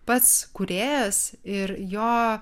pats kūrėjas ir jo